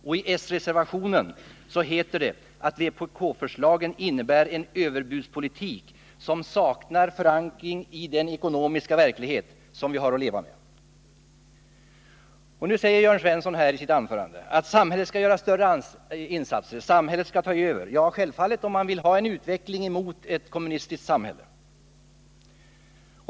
Och i s-reservationen heter det att vpk-förslagen innebär en överbudspolitik som saknar förankring i den ekonomiska verklighet som vi har att leva med. Nu säger Jörn Svensson i sitt anförande här att samhället skall göra större insatser. Samhället skall ta över. Ja, självfallet — om man vill ha en utveckling mot ett kommunistiskt samhälle.